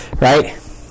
right